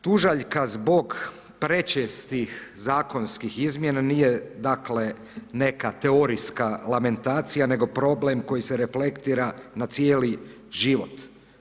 Tužaljka zbog prečestih zakonskih izmjena nije dakle neka teorijska lamentacija nego problem koji se reflektira na cijeli život.